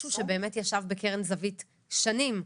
משהו שבאמת ישב בקרן זווית שנים.